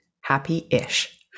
happy-ish